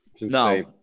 No